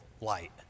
light